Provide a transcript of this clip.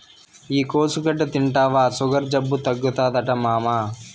ఈ కోసుగడ్డ తింటివా సుగర్ జబ్బు తగ్గుతాదట మామా